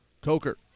Coker